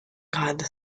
grade